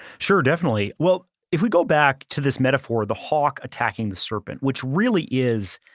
sure, definitely. well, if we go back to this metaphor of the hawk attacking the serpent, which really is.